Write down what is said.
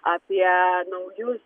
apie naujus